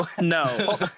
no